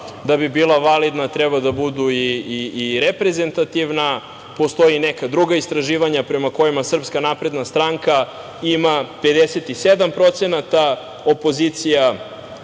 da bi bila validna treba da budu i reprezentativna. Postoje i neka druga istraživanja prema kojima SNS ima 57%, opozicija,